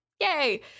yay